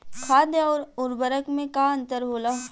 खाद्य आउर उर्वरक में का अंतर होला?